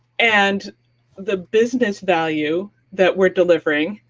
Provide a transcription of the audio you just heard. and the business value that we are delivering